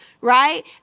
right